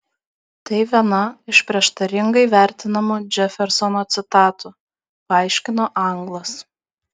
tai viena iš prieštaringai vertinamų džefersono citatų paaiškino anglas